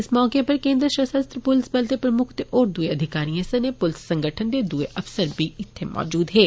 इस मौके पर केन्द्र सशस्त्र प्लस बल दे प्रम्क्ख ते होर दूए अधिकारियें सनें पुलस संगठन दे दूए अफसर बी मौजूद हे